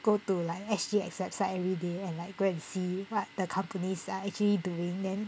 go to like S_G_X website everyday and like go and see what the companies are actually doing then